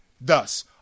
thus